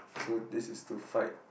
so this is to fight